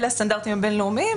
אלה הסטנדרטים הבין-לאומיים,